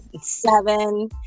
seven